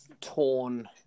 torn